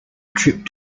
trip